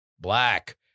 black